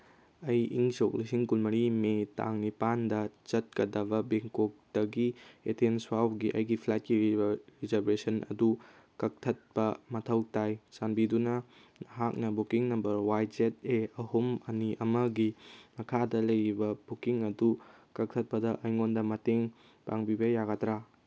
ꯑꯩ ꯏꯪ ꯁꯣꯛ ꯂꯤꯁꯤꯡ ꯀꯨꯟꯃꯔꯤ ꯃꯦ ꯇꯥꯡ ꯅꯤꯄꯥꯟꯗ ꯆꯠꯀꯗꯕ ꯕꯦꯡꯀꯣꯛꯇꯒꯤ ꯑꯦꯊꯦꯟꯁ ꯐꯥꯎꯕꯒꯤ ꯑꯩꯒꯤ ꯐ꯭ꯂꯥꯏꯠꯀꯤ ꯔꯤꯖꯔꯚꯦꯁꯟ ꯑꯗꯨ ꯀꯛꯊꯠꯄ ꯃꯊꯧ ꯇꯥꯏ ꯆꯥꯟꯕꯤꯗꯨꯅ ꯅꯍꯥꯛꯅ booking number Y Z A ꯑꯍꯨꯝ ꯑꯅꯤ ꯑꯃꯒꯤ ꯃꯈꯥꯗ ꯂꯩꯔꯤꯕ ꯕꯨꯀꯤꯡ ꯑꯗꯨ ꯀꯛꯊꯠꯄꯗ ꯑꯩꯉꯣꯟꯗ ꯃꯇꯦꯡ ꯄꯥꯡꯕꯤꯕ ꯌꯥꯒꯗ꯭ꯔꯥ